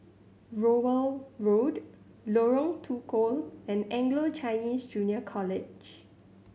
Rowell Road Lorong Tukol and Anglo Chinese Junior College